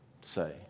say